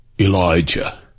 Elijah